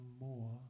more